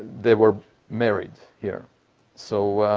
they were married here so